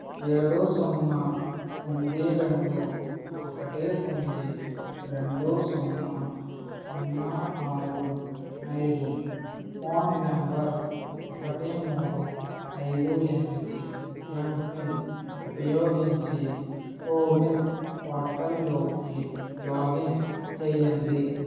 ఏడు సున్నాతొమ్మిది రెండు ఒకటి తొమ్మిది రెండు సున్నా సున్నా ఆరు ఐదు ఫోన్ నంబర్ ఒకటి మూడు ఐదు ఎనిమిది ఎంపిన్ ఉపయోగించి కోవిన్ పోర్టల్లోకి లాగిన్ చేయండి